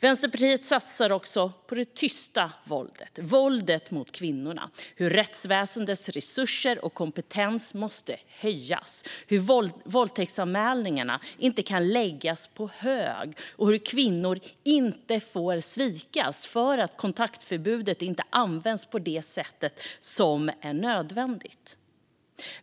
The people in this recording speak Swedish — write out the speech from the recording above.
Vänsterpartiet satsar också på det tysta våldet, på våldet mot kvinnorna, på att rättsväsendets resurser och kompetens måste höjas, på att våldtäktsanmälningar inte ska läggas på hög och på att kvinnor inte får svikas för att kontaktförbudet inte används på det sätt som är nödvändigt.